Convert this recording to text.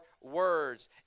words